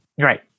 Right